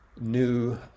new